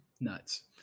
Nuts